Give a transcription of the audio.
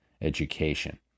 education